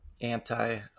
anti